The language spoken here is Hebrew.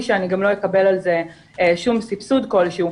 שאני לא אקבל על זה שום סבסוד כלשהו.